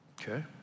Okay